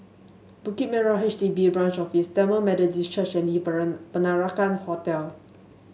Bukit Merah H D B Branch Office Tamil Methodist Church and Le Peranakan Hotel